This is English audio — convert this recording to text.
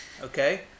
Okay